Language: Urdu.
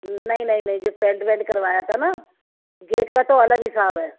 نہیں نہیں نہیں جب پینٹ وینٹ کروایا تھا نا گیٹ کا تو الگ حساب ہے